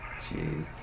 Jeez